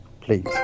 Please